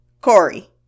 Corey